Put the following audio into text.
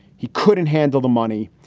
he couldn't handle the money.